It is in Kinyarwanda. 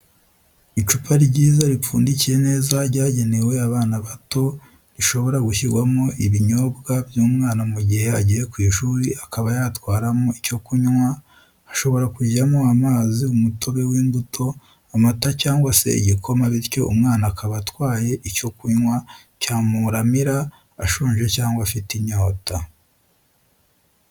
Icupa ryiza ripfundikiye neza ryagenewe abana bato rishobora gushyirwamo ibinyobwa by'umwana mu gihe agiye ku ishuri akaba yatwaramo icyo kunywa hashobora kujyamo amazi umutobe w'imbuto, amata cyangwa se igikoma bityo umwana akaba atwaye icyo kunywa cyamuramira ashonje cyangwa afite inyota